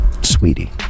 sweetie